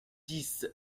dix